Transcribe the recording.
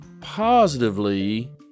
positively